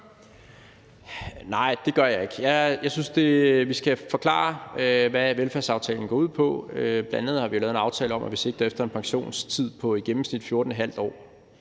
Nej, det gør jeg ikke. Jeg synes, vi skal forklare, hvad velfærdsaftalen går ud på. Vi har jo bl.a. lavet en aftale om, at vi sigter efter en pensionstid på i gennemsnit 14,5 år.